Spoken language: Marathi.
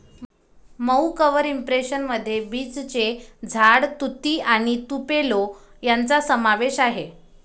मऊ कव्हर इंप्रेशन मध्ये बीचचे झाड, तुती आणि तुपेलो यांचा समावेश आहे